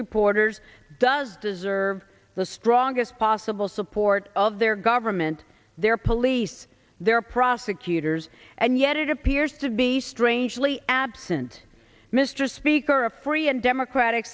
reporters does deserve the strongest possible support of their government their police their prosecutors and yet it appears to be strangely absent mr speaker a free and democratic